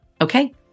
Okay